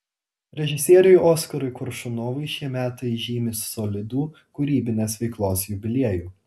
režisieriui oskarui koršunovui šie metai žymi solidų kūrybinės veiklos jubiliejų